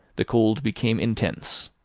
the cold became intense.